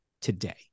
today